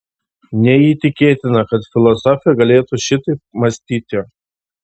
neįtikėtina kad filosofė galėtų šitaip mąstyti